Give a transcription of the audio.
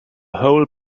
whole